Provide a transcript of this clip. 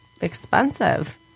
expensive